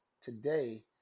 today